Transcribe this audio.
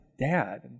dad